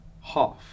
half